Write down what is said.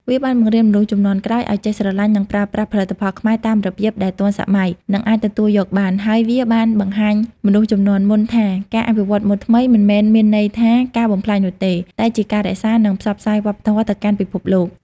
វាបានបង្រៀនមនុស្សជំនាន់ក្រោយឲ្យចេះស្រលាញ់ និងប្រើប្រាស់ផលិតផលខ្មែរតាមរបៀបដែលទាន់សម័យ និងអាចទទួលយកបាន ហើយវាបានបង្ហាញមនុស្សជំនាន់មុនថាការអភិវឌ្ឍម៉ូដថ្មីមិនមែនមានន័យថាការបំផ្លាញនោះទេ តែជាការរក្សា និងផ្សព្វផ្សាយវប្បធម៌ទៅកាន់ពិភពលោក។